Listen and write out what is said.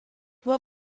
what